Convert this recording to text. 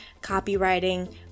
copywriting